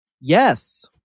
Yes